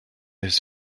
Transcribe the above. his